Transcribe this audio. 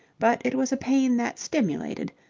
but it was a pain that stimulated,